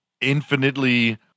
infinitely